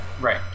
right